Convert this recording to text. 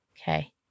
Okay